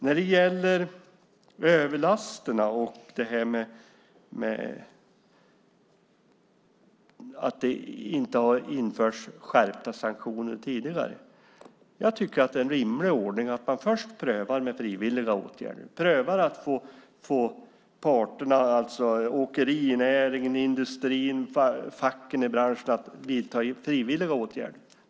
När det gäller överlasterna och att det inte införts skärpta sanktioner tidigare tycker jag att det är en rimlig ordning att man först försöker med frivilliga åtgärder, försöker få parterna - åkerinäringen, industrin, facken i branschen - att vidta frivilliga åtgärder.